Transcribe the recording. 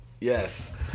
Yes